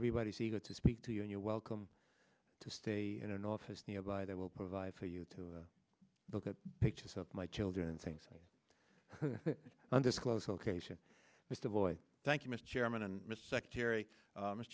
everybody's eager to speak to you and you're welcome to stay in an office nearby that will provide for you to look at pictures of my children and things undisclosed location mr boyd thank you mr chairman and miss secretary